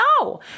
no